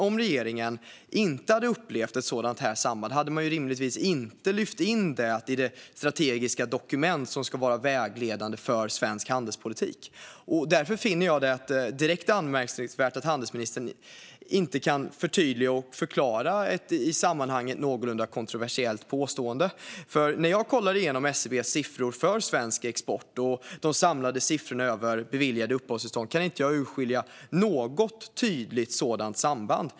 Om regeringen inte hade upplevt ett sådant samband hade man rimligtvis inte lyft in detta i det strategiska dokument som ska vara vägledande för svensk handelspolitik. Därför finner jag det direkt anmärkningsvärt att handelsministern inte kan förtydliga och förklara ett i sammanhanget någorlunda kontroversiellt påstående. När jag kollar igenom SCB:s siffror för svensk export och de samlade siffrorna över beviljade uppehållstillstånd kan jag inte urskilja något tydligt samband.